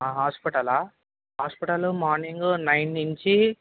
హాస్పిటలా hospital morning nine నించి